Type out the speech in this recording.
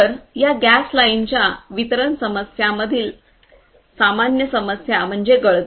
तर या गॅस लाईन्सच्या वितरण समस्यांमधील सामान्य समस्या म्हणजे गळती